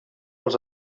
els